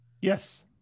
Yes